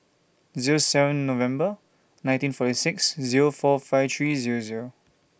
Zero seven November nineteen forty six Zero four five three Zero Zero